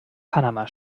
panama